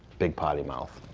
big potty mouth.